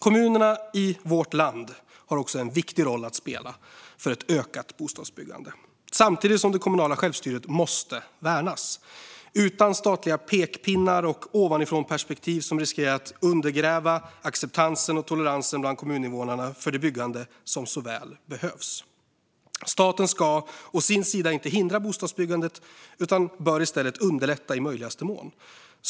Kommunerna i vårt land har också en viktig roll att spela för ett ökat bostadsbyggande, samtidigt som det kommunala självstyret måste värnas, utan statliga pekpinnar och ovanifrånperspektiv som riskerar att undergräva acceptansen och toleransen bland kommuninvånarna för det byggande som så väl behövs. Staten ska å sin sida inte hindra bostadsbyggandet utan bör i stället underlätta i möjligaste mån.